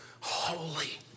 Holy